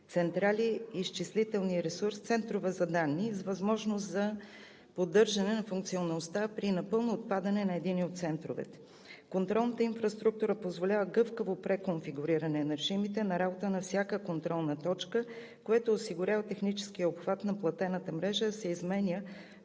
централи на изчислителния ресурс, центрове за данни с възможност за поддържане на функционалността при напълно отпадане на единия от центровете. Контролната инфраструктура позволява гъвкаво преконфигуриране на режимите на работа на всяка контролна точка, което осигурява техническият обхват на платената мрежа да се изменя